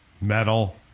metal